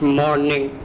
morning